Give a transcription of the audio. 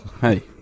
Hey